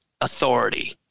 authority